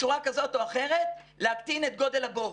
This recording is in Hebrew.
בצורה כזאת או אחרת להקטין את גודל הבור.